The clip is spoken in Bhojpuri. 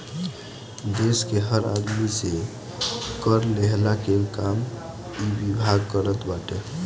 देस के हर आदमी से कर लेहला के काम इ विभाग करत बाटे